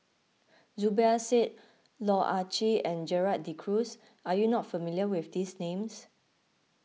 Zubir Said Loh Ah Chee and Gerald De Cruz are you not familiar with these names